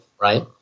right